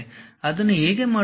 ಅದನ್ನು ಹೇಗೆ ಮಾಡುವುದು